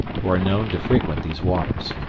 who are known to frequent these waters.